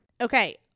Okay